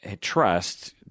trust